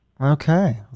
Okay